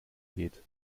geht